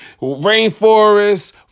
rainforests